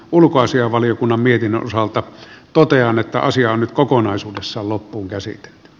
ulkoasianvaliokunnan mietinnön osalta totean että asian kokonaisuudessaan loppuun käsin